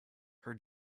her